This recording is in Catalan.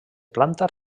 planta